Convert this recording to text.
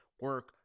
Work